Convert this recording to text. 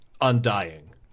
undying